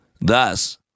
Thus